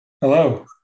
Hello